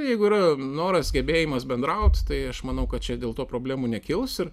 jeigu yra noras gebėjimas bendraut tai aš manau kad čia dėl to problemų nekils ir